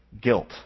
guilt